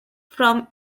from